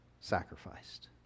sacrificed